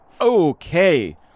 Okay